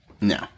No